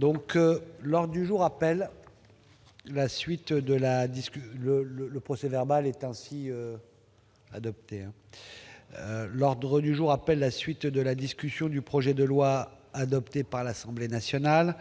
L'ordre du jour appelle la suite de la discussion du projet de loi, adopté par l'Assemblée nationale